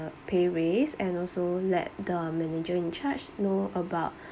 pay raise and also let the manager in charge know about